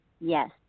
Yes